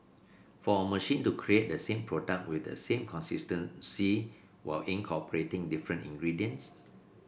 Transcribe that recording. for a machine to create the same product with the same consistency while incorporating different ingredients